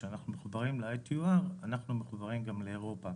כשאנחנו מחוברים ל-ITU אנחנו מחוברים גם לאירופה.